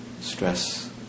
stress